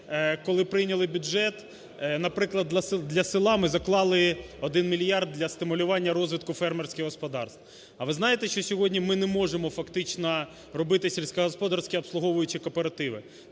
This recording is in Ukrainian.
коли прийняли бюджет, наприклад, для села ми заклали 1 мільярд для стимулювання розвитку фермерських господарств. А ви знаєте, що сьогодні ми не можемо фактично робити сільськогосподарські обслуговуючі кооперативи,